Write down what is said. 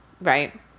right